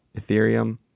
Ethereum